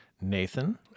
Nathan